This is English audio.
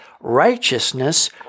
righteousness